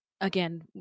Again